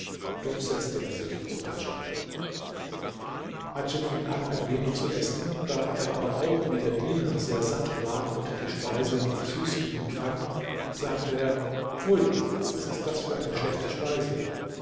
doch setzte er sich zu adjib adjib fing an ein wenig zu essen da er aber auch wie der diener sehr satt war und die speise nicht süß genug fand sagte er pfui was ist das für eine schlechte speise